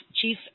Chief